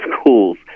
schools